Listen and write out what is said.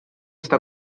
està